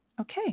Okay